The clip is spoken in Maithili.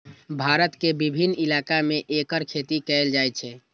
भारत के विभिन्न इलाका मे एकर खेती कैल जाइ छै